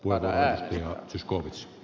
arvoisa herra puhemies